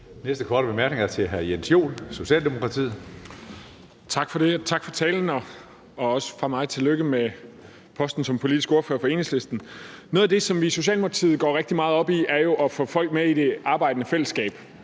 Næste korte bemærkning er til hr. Jens Joel, Socialdemokratiet. Kl. 17:36 Jens Joel (S): Tak for det, og tak for talen, og også tillykke fra mig med posten som politisk ordfører for Enhedslisten. Noget af det, som vi i Socialdemokratiet går rigtig meget op i, er at få folk med i det arbejdende fællesskab.